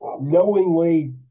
knowingly